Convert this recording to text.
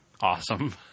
Awesome